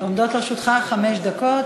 עומדות לרשותך חמש דקות.